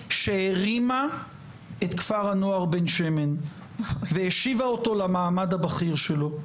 שהרימה את כפר הנוער בן שמן והשיבה אותו למעמד הבכיר שלו,